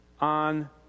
on